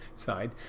side